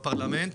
בפרלמנט,